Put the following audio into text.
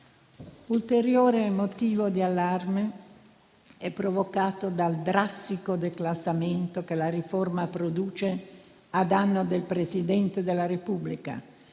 Ulteriore motivo di allarme è provocato dal drastico declassamento che la riforma produce a danno del Presidente della Repubblica.